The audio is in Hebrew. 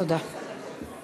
תודה.